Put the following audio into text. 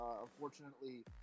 unfortunately